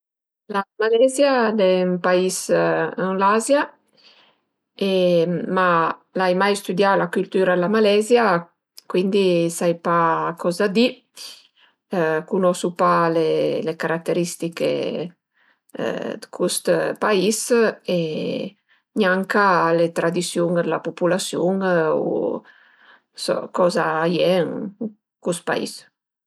La Malezia al e ün pais ën l'Azia, ma l'ai mai stüdià la cültüra dë la Malezia cuindi sai pa coza di, cunosu pa le carateristiche dë cust pais e gnanca le tradisiun d'la pupulasiun u coza a ie ën cust pais